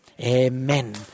Amen